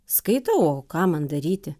skaitau o ką man daryti